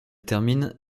termine